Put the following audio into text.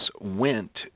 went